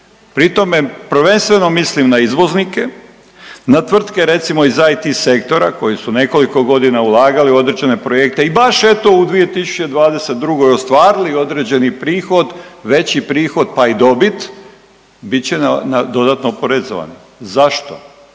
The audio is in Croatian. pri tome prvenstveno mislim na izvoznike, na tvrtke recimo iz IT sektora koji su nekoliko godina ulagali u određene projekte i baš eto u 2022. ostvarili određeni prihod, veći prihod, pa i dobit, bit će dodatno oporezovani. Zašto?